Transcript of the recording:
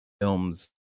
films